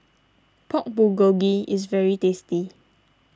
Pork Bulgogi is very tasty